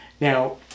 Now